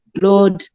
Lord